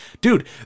dude